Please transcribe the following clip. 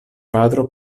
patro